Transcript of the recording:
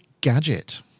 Gadget